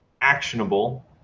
actionable